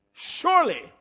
surely